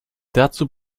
dazu